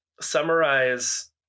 summarize